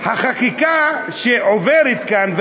החקיקה שעוברת כאן,